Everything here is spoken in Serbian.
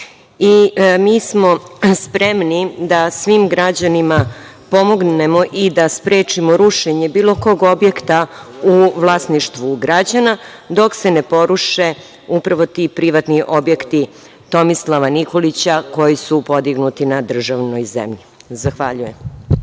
Mi smo spremni da svim građanima pomognemo i da sprečimo rušenje bilo kog objekta u vlasništvu građana dok se ne poruše upravo ti privatni objekti Tomislava Nikolića koji su podignuti na državnoj zemlji. Zahvaljujem.